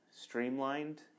streamlined